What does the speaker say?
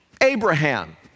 Abraham